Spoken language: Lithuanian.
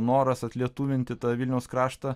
noras atlietuvinti tą vilniaus kraštą